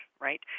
right